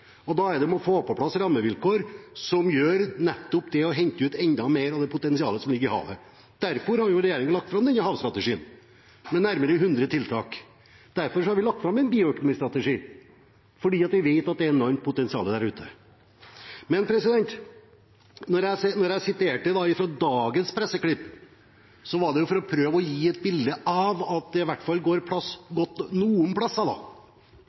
sammen. Da handler det om å få på plass rammevilkår som gjør nettopp at vi kan hente ut enda mer av det potensialet som ligger i havet. Derfor har regjeringen lagt fram denne havstrategien, med nærmere hundre tiltak, og derfor har vi lagt fram en bioøkonomistrategi, fordi vi vet at det er et enormt potensial der ute. Men når jeg siterte fra dagens presseklipp, var det for å prøve å gi et bilde av at det går godt i hvert fall noen